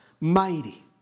mighty